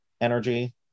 energy